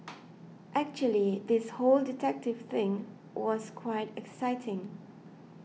actually this whole detective thing was quite exciting